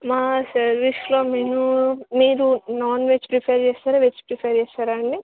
మా సర్వీస్లో మేను మీరు నాన్ వెజ్ ప్రిఫేర్ చేస్తారా వెజ్ ప్రిఫేర్ చేస్తారా అండి